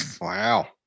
Wow